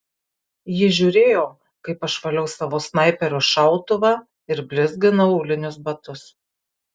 ji žiūrėjo kaip aš valiau savo snaiperio šautuvą ir blizginau aulinius batus